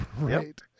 right